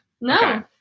no